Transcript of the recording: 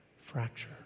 Fracture